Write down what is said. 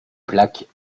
plaques